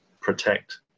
protect